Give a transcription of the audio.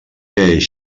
que